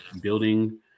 building